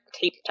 tape